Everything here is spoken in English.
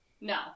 No